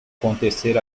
acontecer